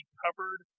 covered